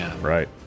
Right